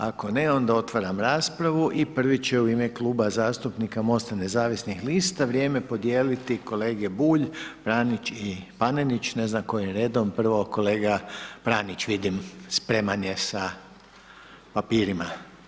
Ako ne, onda otvaram raspravu i prvi će u ime kluba zastupnika MOST-a nezavisnih lista vrijeme podijeliti kolege Bulj, Pranić i Panenić, ne znam kojim redom, prvo kolega Pranić, vidim, spreman je sa papirima.